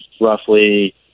roughly